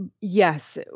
Yes